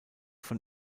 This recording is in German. von